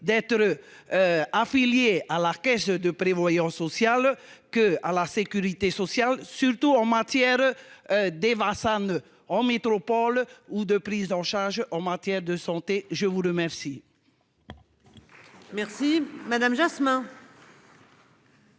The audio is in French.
d'être. Affiliée à Larqué de prévoyance sociale que à la sécurité sociale surtout en matière. D'Évra ça ne en métropole ou de prise en charge en matière de santé, je vous le merci.